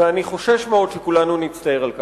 ואני חושש מאוד שכולנו נצטער על כך.